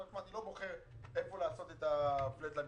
שהוא לא בוחר איפה לעשות את הפלאט במשרד,